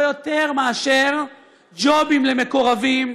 לא יותר מאשר ג'ובים למקורבים,